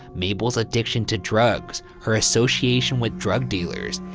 mabel's addiction to drugs, her association with drug dealers,